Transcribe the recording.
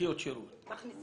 לדחיות השירות ממשרד הביטחון.